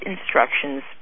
instructions